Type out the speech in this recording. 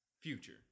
future